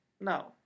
No